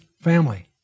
family